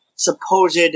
Supposed